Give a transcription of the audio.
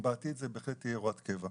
כן היינו שמחים אם בעתיד זו תהיה הוראת קבע.